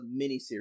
miniseries